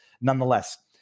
nonetheless